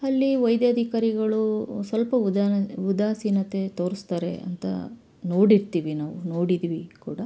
ಅಲ್ಲಿ ವೈದ್ಯಾಧಿಕಾರಿಗಳು ಸ್ವಲ್ಪ ಉದಾ ಉದಾಸೀನತೆ ತೋರಿಸ್ತಾರೆ ಅಂತ ನೋಡಿರ್ತೀವಿ ನಾವು ನೋಡಿದ್ದೀವಿ ಕೂಡ